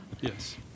Yes